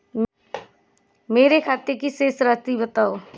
मेरे खाते की शेष राशि बताओ?